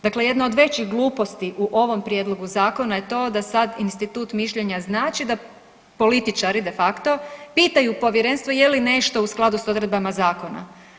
Dakle, jedna od većih gluposti u ovom prijedlogu zakona je to da sad institut mišljenja znači da političari de facto pitaju povjerenstvo je li nešto u skladu s odredbama zakona.